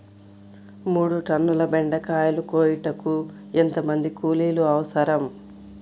మూడు టన్నుల బెండకాయలు కోయుటకు ఎంత మంది కూలీలు అవసరం?